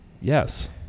Yes